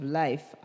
life